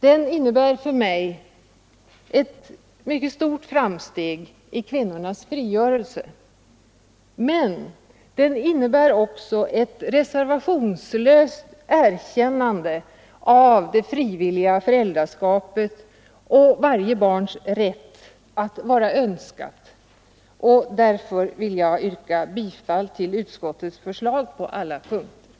Den innebär för mig ett mycket stort framsteg i kvinnornas frigörelse, men den innebär också ett reservationslöst erkännande av det frivilliga föräldraskapet och av varje barns rätt att vara önskat. Därför vill jag yrka bifall till utskottets förslag på alla punkter.